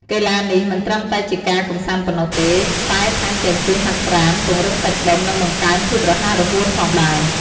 កីឡានេះមិនត្រឹមតែជាការកម្សាន្តប៉ុណ្ណោះទេ តែថែមទាំងជួយហាត់ប្រាណ ពង្រឹងសាច់ដុំ និងបង្កើនភាពរហ័សរហួនផងដែរ។